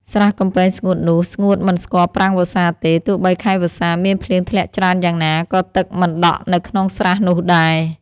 ស្រះកំពែងស្ងួតនោះ ស្ងួតមិនស្គាល់ប្រាំងវស្សាទេ ទោះបីខែវស្សាមានភ្លៀងធ្លាក់ច្រើនយ៉ាងណា ក៏ទឹកមិនដក់នៅក្នុងស្រះនោះដែរ